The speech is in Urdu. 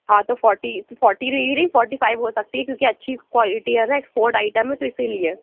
ہاں تو فورٹی فورٹی رہی فورٹی فائیو ہو سکتی کیونکہ اچھی کوالٹی ہے نا ایکسپورٹ آئٹم ہے تو اِسی لیے